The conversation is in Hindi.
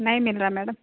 नहीं मिल रहा मैडम